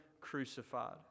crucified